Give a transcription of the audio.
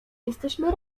jesteśmy